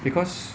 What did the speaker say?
because